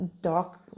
dark